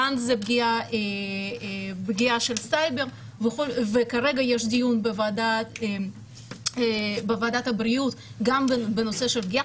כאן זה פגיעה של סייבר וכרגע יש דיון בוועדת הבריאות גם בנושא של פגיעה.